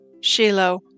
Shiloh